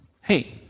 hey